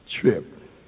trip